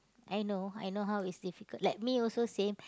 I know I know how it's difficult like me also same